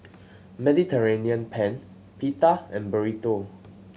Mediterranean Penne Pita and Burrito